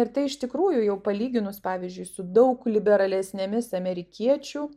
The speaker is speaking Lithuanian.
ir tai iš tikrųjų jau palyginus pavyzdžiui su daug liberalesnėmis amerikiečių